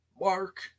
Mark